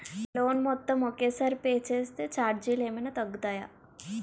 Loan మొత్తం ఒకే సారి పే చేస్తే ఛార్జీలు ఏమైనా తగ్గుతాయా?